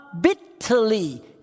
bitterly